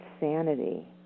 insanity